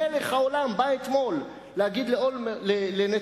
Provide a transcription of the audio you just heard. מלך העולם בא אתמול להגיד לנתניהו: